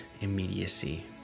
immediacy